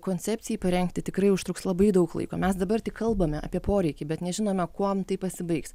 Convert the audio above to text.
koncepcijai parengti tikrai užtruks labai daug laiko mes dabar tik kalbame apie poreikį bet nežinome kuom tai pasibaigs